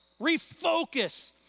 Refocus